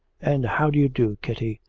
and how do you do, kitty?